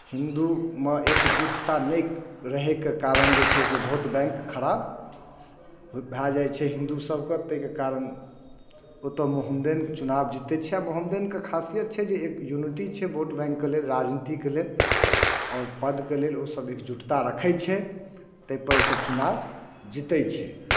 हिन्दूमे एकजुटता नहि रहैके कारण जे छै से भोट बैंक खराब भए जाइ छै हिन्दू सभके ताहिके कारण ओतय मोहेमदेन चुनाव जीतै छै आ मोहेमदेनके खासियत छै जे एक यूनिटी छै भोट बैंकके लेल राजनीतिके लेल आओर पदके लेल ओसभ एकजुटता रखै छै ताहिपर ओसभ चुनाव जीतै छै